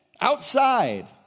outside